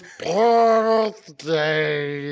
birthday